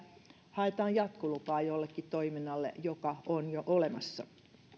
haetaan jatkolupaa jollekin toiminnalle joka on jo olemassa